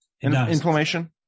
Inflammation